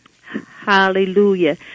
Hallelujah